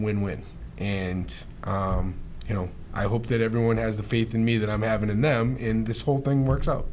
win win and you know i hope that everyone has the faith in me that i'm having in them in this whole thing works out